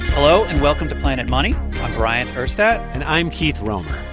hello, and welcome to planet money. i'm bryant urstadt and i'm keith romer.